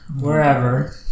wherever